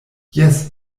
jes